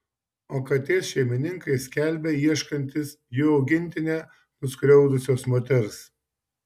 o katės šeimininkai skelbia ieškantys jų augintinę nuskriaudusios moters